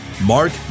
Mark